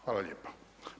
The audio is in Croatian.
Hvala lijepo.